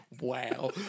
Wow